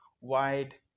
wide